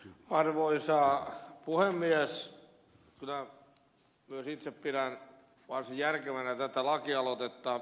kyllä myös itse pidän varsin järkevänä tätä lakialoitetta